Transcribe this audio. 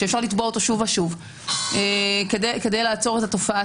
שניתן לתבוע אותו שוב ושוב כדי לעצור את התופעה